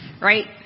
right